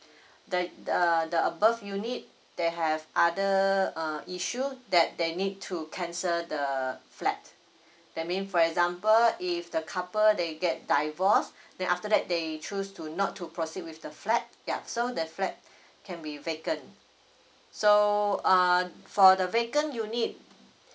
that the the above unit they have other err issue that they need to cancel the flat that means for example if the couple they get divorced then after that they choose to not to proceed with the flat ya so the flat can be vacant so err for the vacant unit